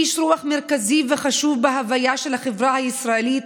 איש רוח מרכזי וחשוב בהוויה של החברה הישראלית,